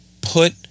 Put